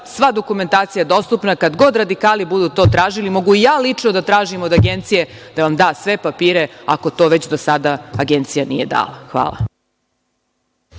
sva dokumentacija je dostupna, kada god radikali to budu tražili, mogu ja lično da tražim od agencije da vam da sve papire, ako je to već do sada agencija nije dala. -